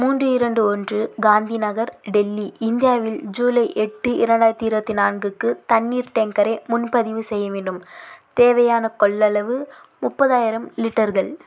மூன்று இரண்டு ஒன்று காந்தி நகர் டெல்லி இந்தியாவில் ஜூலை எட்டு இரண்டாயிரத்தி இருபத்தி நான்குக்கு தண்ணிர் டேங்கரை முன்பதிவு செய்ய வேண்டும் தேவையான கொள்ளளவு முப்பதாயிரம் லிட்டர்கள்